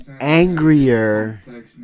angrier